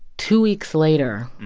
two weeks later,